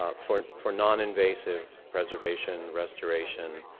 ah for for non-invasive preservation, restoration,